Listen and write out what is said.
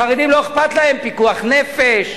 החרדים, לא אכפת להם פיקוח נפש,